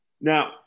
Now